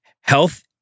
health